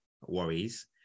worries